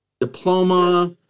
diploma